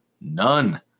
none